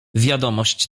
wiadomość